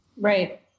Right